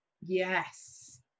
Yes